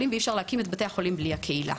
ואי אפשר להקים את בתי החולים בלי הקהילה